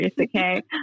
okay